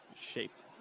shaped